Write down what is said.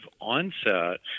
onset